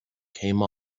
came